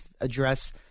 address